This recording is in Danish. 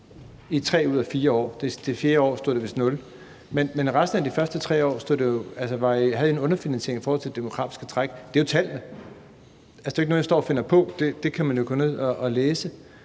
i 3 ud af 4 år. Det fjerde år stod det vist i nul, men i resten af de 3 år havde I en underfinansiering i forhold til det demografiske træk. Det er jo tallene. Altså, det er jo ikke noget, jeg står og finder på; det kan man jo gå ned og læse.